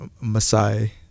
Masai